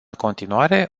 continuare